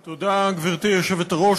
תודה, גברתי היושבת-ראש.